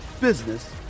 business